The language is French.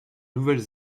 nouvelle